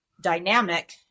dynamic